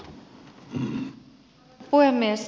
arvoisa puhemies